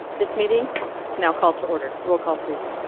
this meeting is now called. to order roll call please.